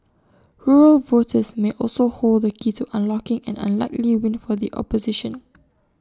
rural voters may also hold the key to unlocking an unlikely win for the opposition